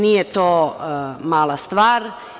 Nije to mala stvar.